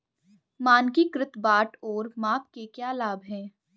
मानकीकृत बाट और माप के क्या लाभ हैं?